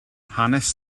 hanes